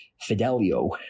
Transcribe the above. Fidelio